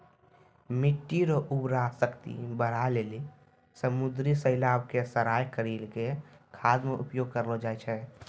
मिट्टी रो उर्वरा शक्ति बढ़ाए लेली समुन्द्री शैलाव के सड़ाय करी के खाद मे उपयोग करलो जाय छै